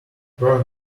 burn